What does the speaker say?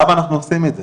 למה אנחנו עושים את זה,